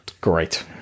great